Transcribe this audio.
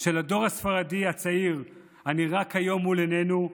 של הדור הספרדי הצעיר הנראית כיום מול עינינו,